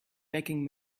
begging